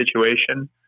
situation